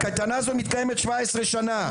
הקטנה הזו מתקיימת 17 שנה.